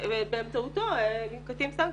באמצעותו ננקטות הסנקציות.